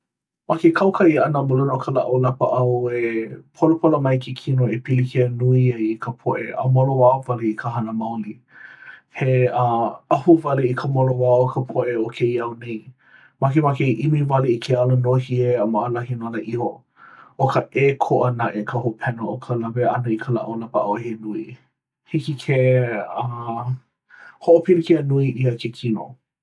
Ma ke kaukaʻi ʻana ma luna o ka lāʻau lapaʻau e polapola mai ke kino e pilikia nui ai ka poʻe a moloā wale i ka hana maoli. He uh ʻahu wale i ka moloā o ka poʻe o kēia au nei. Makemake e ʻimi wale i ke ala nōhie a maʻalahi nona iho. ʻO ka ʻēkoʻa naʻe ka hopena o ka lawe ʻana i ka lāʻau lapaʻau he nui. Hiki ke uh hoʻopilikia nui ʻia ke kino.